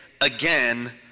again